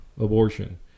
abortion